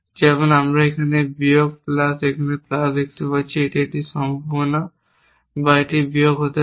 যেমন আমরা এখানে বিয়োগ প্লাস এবং প্লাস দেখতে পাচ্ছি এটি একটি সম্ভাবনা বা এটি বিষয় হতে পারে